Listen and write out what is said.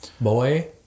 Boy